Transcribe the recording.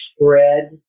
spread